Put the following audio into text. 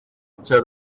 litr